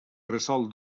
resol